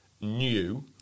new